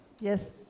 Yes